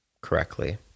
correctly